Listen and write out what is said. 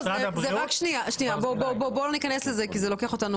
בואו לא ניכנס לזה כי זה לוקח אותנו